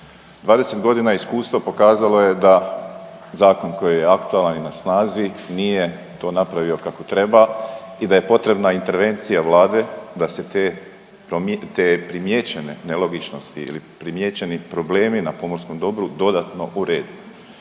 20.g. iskustva pokazalo je da zakon koji je aktualan i na snazi nije to napravio kako treba i da je potrebna intervencija Vlade da se te pro…, te primijećene nelogičnosti ili primijećeni problemi na pomorskom dobru dodatno uredi.